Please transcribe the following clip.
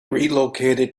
relocated